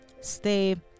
stay